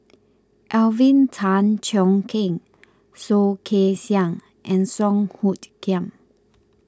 Alvin Tan Cheong Kheng Soh Kay Siang and Song Hoot Kiam